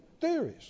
theories